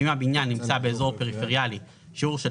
ואם הבניין נמצא באזור פריפריאלי שיעור של